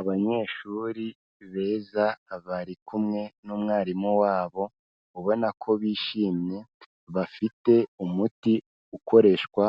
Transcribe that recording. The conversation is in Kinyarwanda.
Abanyeshuri beza bari kumwe n'umwarimu wabo, ubona ko bishimye, bafite umuti ukoreshwa